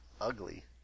ugly